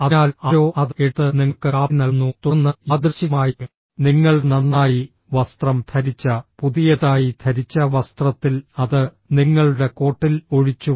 അതിനാൽ ആരോ അത് എടുത്ത് നിങ്ങൾക്ക് കാപ്പി നൽകുന്നു തുടർന്ന് യാദൃശ്ചികമായി നിങ്ങൾ നന്നായി വസ്ത്രം ധരിച്ച പുതിയതായി ധരിച്ച വസ്ത്രത്തിൽ അത് നിങ്ങളുടെ കോട്ടിൽ ഒഴിച്ചു